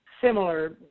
similar